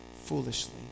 foolishly